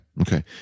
okay